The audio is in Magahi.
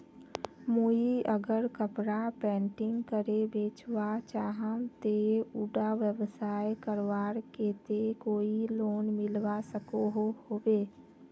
मुई अगर कपड़ा पेंटिंग करे बेचवा चाहम ते उडा व्यवसाय करवार केते कोई लोन मिलवा सकोहो होबे?